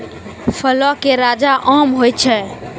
फलो के राजा आम होय छै